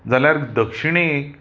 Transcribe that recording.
जाल्यार दक्षिणेक